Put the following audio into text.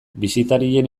bisitarien